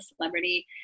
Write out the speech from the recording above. celebrity